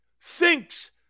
thinks –